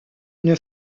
une